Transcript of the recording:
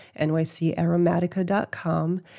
nycaromatica.com